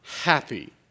happy